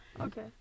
Okay